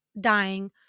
dying